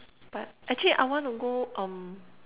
but actually I wanna go um